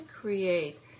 create